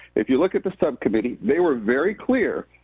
if you look at the subcommittee, they were very clear,